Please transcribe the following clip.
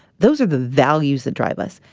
those are the values that drive us.